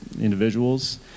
individuals